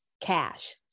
Cash